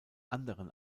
anderen